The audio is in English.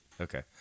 Okay